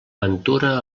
ventura